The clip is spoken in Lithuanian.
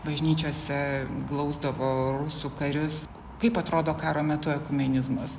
bažnyčiose glausdavo rusų karius kaip atrodo karo metu ekumenizmas